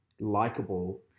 likable